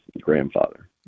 grandfather